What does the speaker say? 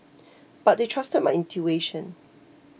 but they trusted my intuition